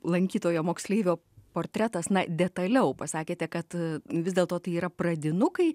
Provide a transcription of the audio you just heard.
lankytojo moksleivio portretas na detaliau pasakėte kad vis dėlto tai yra pradinukai